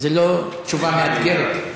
זו לא תשובה מאתגרת.